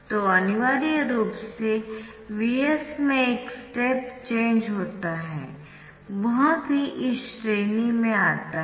तो अनिवार्य रूप से Vs में एक स्टेप चेंज होता है वह भी इस श्रेणी में आता है